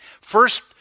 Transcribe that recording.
First